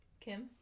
Kim